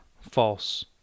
false